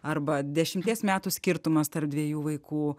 arba dešimties metų skirtumas tarp dviejų vaikų